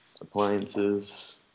appliances